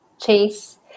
chase